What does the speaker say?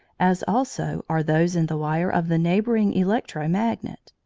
as also are those in the wire of the neighbouring electro-magnet.